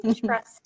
Trust